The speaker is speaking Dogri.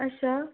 अच्छा